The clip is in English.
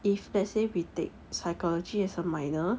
if let's say we take psychology as a minor